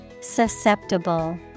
Susceptible